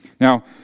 Now